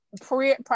prior